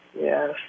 Yes